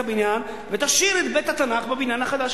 הבניין ותשאיר את בית-התנ"ך בבניין החדש,